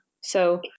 So-